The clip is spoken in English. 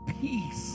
peace